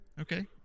Okay